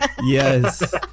yes